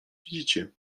widzicie